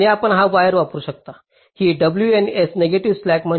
आणि आपण हा वायर वापरू शकता ही WNS नेगेटिव्ह स्लॅक